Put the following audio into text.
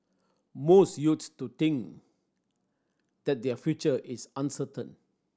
most youths to think that their future is uncertain